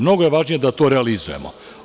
Mnogo je važnije da to realizujemo.